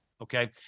okay